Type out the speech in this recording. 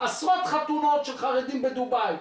עשרות חתונות של חרדים בדובאי,